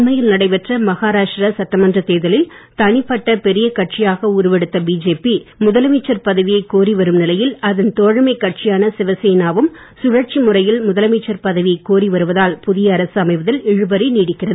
அண்மையில் நடைபெற்ற மகாராஷ்டிரா சட்டமன்ற தேர்தலில் தனிப்பட்ட பெரிய கட்சியாக உருவெடுத்த பிஜேபி முதலமைச்சர் பதவியை கோரி வரும் நிலையில் அதன் தோழமைக் கட்சியான சிவசேனாவும் சுழற்சி முறையில் முதலமைச்சர் பதவியை கோரி வருவதால் புதிய அரசு அமைவதில் இழுபறி நீடிக்கிறது